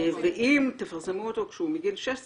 ואם תפרסמו אותו כשהוא מגיל 16 ומעלה,